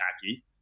tacky